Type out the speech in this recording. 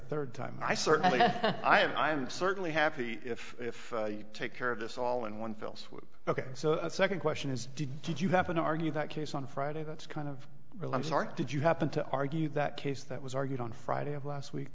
third time i certainly i'm certainly happy if you take care of this all in one fell swoop ok so the second question is did you happen to argue that case on friday that's kind of real i'm sorry did you happen to argue that case that was argued on friday of last week